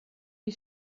wie